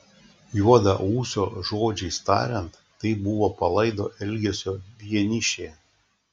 juodaūsio žodžiais tariant tai buvo palaido elgesio vienišė